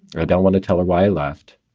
i don't want to tell her why i left.